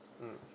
mm